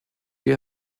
die